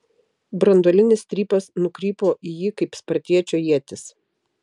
branduolinis strypas nukrypo į jį kaip spartiečio ietis